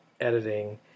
editing